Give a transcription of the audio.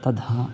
तथा